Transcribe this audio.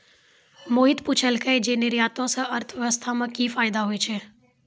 मोहित पुछलकै जे निर्यातो से अर्थव्यवस्था मे कि फायदा होय छै